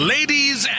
Ladies